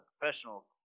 professional